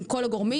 עם כל הגורמים,